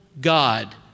God